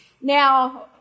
Now